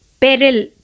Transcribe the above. Peril